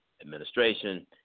administration